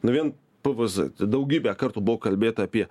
ne vien pvz daugybę kartų buvo kalbėta apie